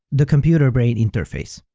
the computer-brain interface.